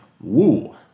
woo